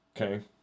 okay